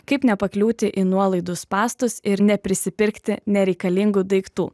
kaip nepakliūti į nuolaidų spąstus ir neprisipirkti nereikalingų daiktų